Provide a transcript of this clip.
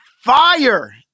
fire